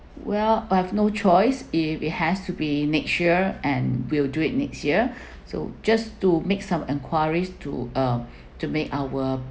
well I have no choice if it has to be next year and will do it next year so just to make some enquiries to uh to make our